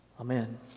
Amen